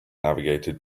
navigated